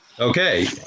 Okay